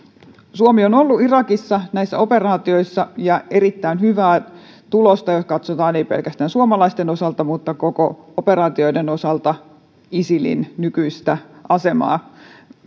suomi on ollut irakissa näissä operaatioissa ja erittäin hyvää tulosta jos katsotaan ei pelkästään suomalaisten osalta vaan koko operaation osalta isilin nykyiseen asemaan